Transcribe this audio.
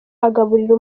agaburira